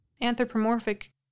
anthropomorphic